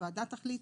הוועדה תחליט,